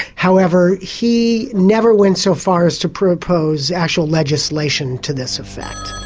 however he never went so far as to propose actual legislation to this effect.